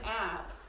app